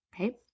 Okay